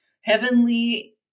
heavenly